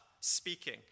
speaking